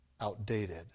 outdated